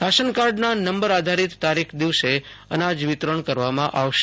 રાશનકાર્ડના નંબર આધારિત તારીખ દિવસે અનાજ વિતરણ કરવામાં આવશે